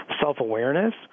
self-awareness